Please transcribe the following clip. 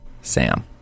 Sam